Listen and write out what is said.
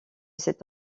cet